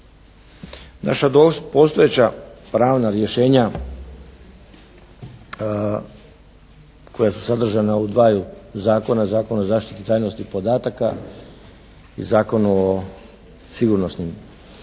Naša postojeća pravna rješenja koja su zadržana u dvaju zakona, Zakona o zaštiti tajnosti podataka i Zakonu o sigurnosnim službama.